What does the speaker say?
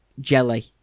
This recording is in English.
jelly